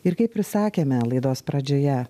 ir kaip ir sakėme laidos pradžioje